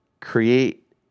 Create